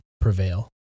prevail